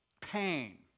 pain